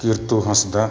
ᱠᱤᱨᱛᱚ ᱦᱟᱸᱥᱫᱟ